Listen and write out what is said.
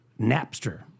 Napster